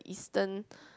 eastern